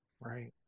Right